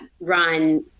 run